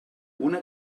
una